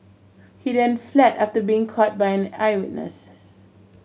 he then fled after being caught by an eyewitnesses